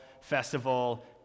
festival